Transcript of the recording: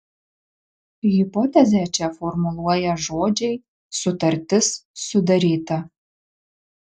hipotezę čia formuluoja žodžiai sutartis sudaryta